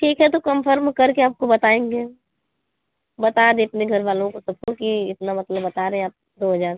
ठीक है तो कंफर्म कर के आपको बताएँगे बता दें अपने घर वालों को सब को कि इतना बता रहे हैं आप दो हज़ार